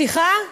סליחה?